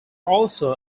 also